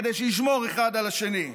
כדי שישמרו אחד על השני.